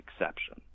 exception